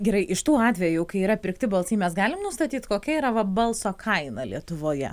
gerai iš tų atvejų kai yra pirkti balsai mes galim nustatyt kokia yra vat balso kaina lietuvoje